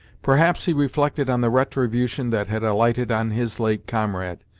perhaps he reflected on the retribution that had alighted on his late comrade,